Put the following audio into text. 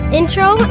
intro